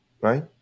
right